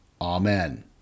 Amen